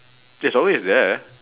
it's always there